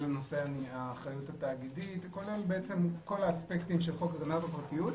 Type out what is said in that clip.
האחריות התאגידית וכל האספקטים של חוק הגנת הפרטיות.